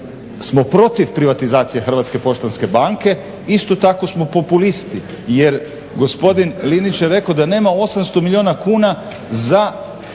smo protiv privatizacije HPB-a isto tako smo populisti jer gospodin Linić je rekao da nema 800 milijuna kuna za